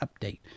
update